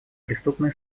преступные